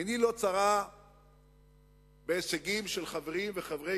עיני לא צרה בהישגים של חברים וחברי